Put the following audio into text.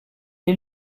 est